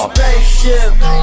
Spaceship